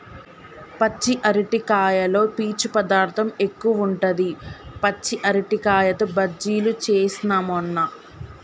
పచ్చి అరటికాయలో పీచు పదార్ధం ఎక్కువుంటది, పచ్చి అరటికాయతో బజ్జిలు చేస్న మొన్న